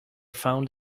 found